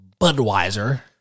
Budweiser